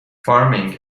farming